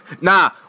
Nah